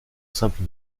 simple